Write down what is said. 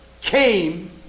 came